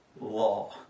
law